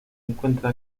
encuentra